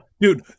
Dude